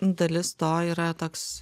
dalis to yra toks